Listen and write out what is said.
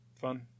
fun